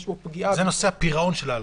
יש בו פגיעה --- זה נושא הפירעון של ההלוואות,